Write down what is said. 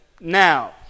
now